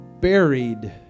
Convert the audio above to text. buried